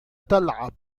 تلعب